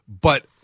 but-